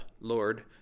Lord